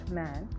man